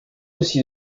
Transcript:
aussi